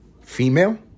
Female